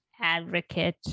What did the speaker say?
advocate